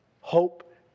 Hope